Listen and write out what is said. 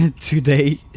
today